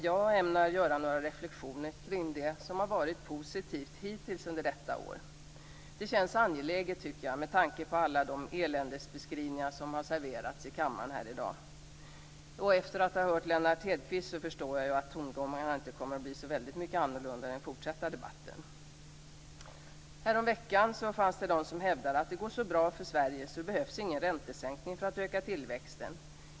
Jag ämnar göra några reflexioner kring det som hittills under detta år har varit positivt. Det känns angeläget med tanke på de eländesbeskrivningar som har serverats här i kammaren i dag. Efter att ha hört Lennart Hedquist förstår jag att tongångarna inte kommer att bli så väldigt mycket annorlunda under den fortsatta debatten. Häromveckan fanns det de som hävdade att det går så bra för Sverige att det inte behövs någon räntesänkning för att öka tillväxten.